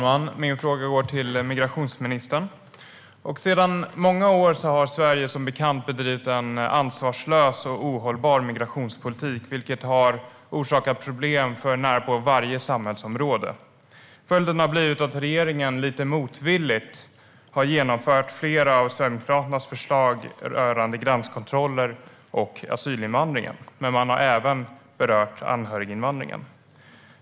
Herr talman! Min fråga går till migrationsministern. Sedan många år har Sverige som bekant bedrivit en ansvarslös och ohållbar migrationspolitik, vilket har orsakat problem för närapå varje samhällsområde. Följden har blivit att regeringen lite motvilligt har genomfört flera av Sverigedemokraternas förslag rörande gränskontroller och asylinvandring. Man har även berört anhöriginvandringen.